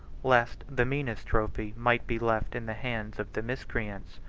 lest the meanest trophy might be left in the hands of the miscreants.